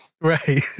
Right